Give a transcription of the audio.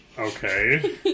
Okay